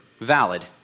valid